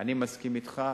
אני מסכים אתך,